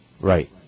Right